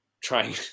trying